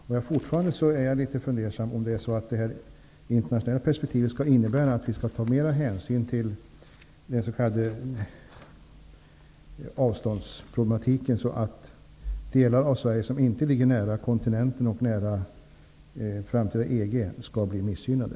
Jag är fortfarande litet fundersam över om det här internationella perspektivet skall innebära att vi skall ta mer hänsyn till avståndsproblematiken så till vida att de delar av Sverige som inte ligger nära kontinenten och nära EG kan bli missgynnade.